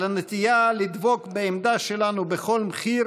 על הנטייה לדבוק בעמדה שלנו בכל מחיר